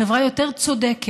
חברה יותר צודקת,